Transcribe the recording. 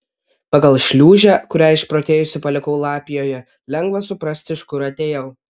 pagal šliūžę kurią išprotėjusi palikau lapijoje lengva suprasti iš kur atėjau